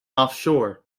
offshore